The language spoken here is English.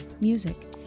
music